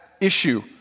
issue